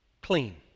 clean